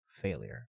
failure